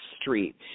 street